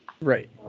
Right